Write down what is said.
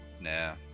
Nah